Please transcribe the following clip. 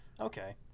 okay